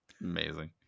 Amazing